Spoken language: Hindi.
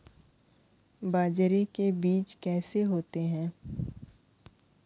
बाजरे के बीज कैसे होते हैं?